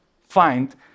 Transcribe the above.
find